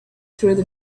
through